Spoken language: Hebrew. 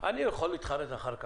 אני יכול להתחרט אחר כך.